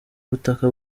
butaka